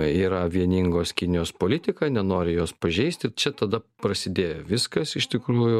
yra vieningos kinijos politika nenori jos pažeisti čia tada prasidėjo viskas iš tikrųjų